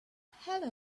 helen